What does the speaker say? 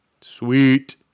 Sweet